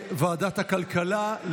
לוועדה שתקבע ועדת הכנסת נתקבלה.